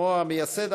כמו המייסד,